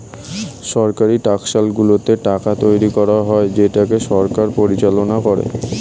সরকারি টাকশালগুলোতে টাকা তৈরী করা হয় যেটাকে সরকার পরিচালনা করে